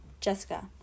Jessica